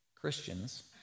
Christians